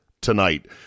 tonight